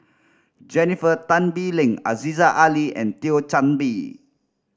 Jennifer Tan Bee Leng Aziza Ali and Thio Chan Bee